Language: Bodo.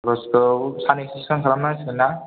खरसखौ साननैसो सिगां खालामनांसिगोन ना